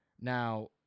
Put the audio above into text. Now